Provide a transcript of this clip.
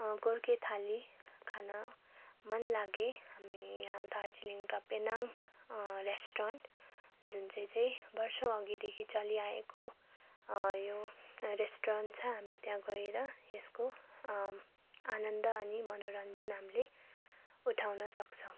गोर्खे थाली खान मन लागे हामी यहाँ दार्जिलिङका पेनाङ रेस्टुरेन्ट जुन चाहिँ चाहिँ वर्षौ अघिदेखि चलिआएको यो रेस्टुरेन्ट छ हामी त्यहाँ गएर यसको आनन्द अनि मनोरन्जन हामीले उठाउन सक्छौँ